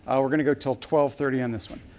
um we're going to go until twelve thirty on this one.